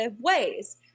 ways